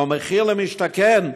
או המחיר למשתכן,